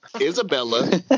Isabella